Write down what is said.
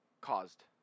caused